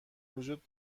وجود